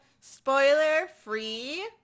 spoiler-free